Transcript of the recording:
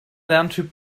lerntyp